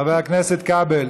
חבר הכנסת כבל.